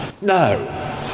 No